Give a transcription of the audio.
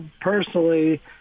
personally